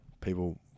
people